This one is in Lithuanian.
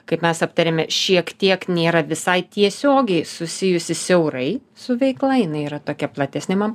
kaip mes aptarėme šiek tiek nėra visai tiesiogiai susijusi siaurai su veikla jinai yra tokia platesni man